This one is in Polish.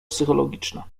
psychologiczna